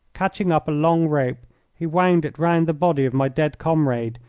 catching up a long rope he wound it round the body of my dead comrade,